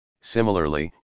similarly